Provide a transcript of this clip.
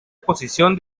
posición